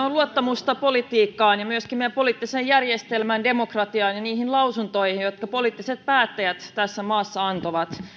on luottamuksesta politiikkaan ja myöskin meidän poliittiseen järjestelmäämme demokratiaan ja niihin lausuntoihin jotka poliittiset päättäjät tässä maassa antoivat